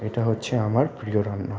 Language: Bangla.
এটা হচ্ছে আমার প্রিয় রান্না